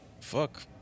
fuck